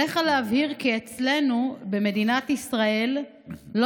עליך להבהיר כי אצלנו במדינת ישראל לא